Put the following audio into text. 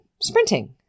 sprinting